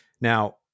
Now